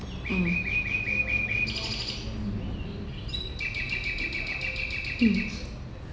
mm mm